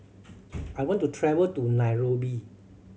I want to travel to Nairobi